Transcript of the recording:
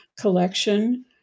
collection